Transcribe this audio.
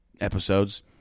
episodes